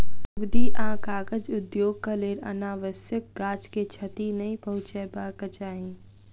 लुगदी आ कागज उद्योगक लेल अनावश्यक गाछ के क्षति नै पहुँचयबाक चाही